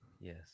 Yes